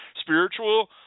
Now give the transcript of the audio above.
spiritual